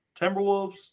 Timberwolves